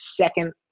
second